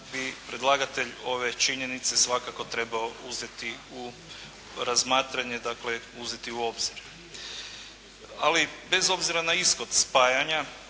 bi predlagatelj ove činjenice svakako trebao uzeti u razmatranje, dakle uzeti u obzir. Ali bez obzira na ishod spajanja,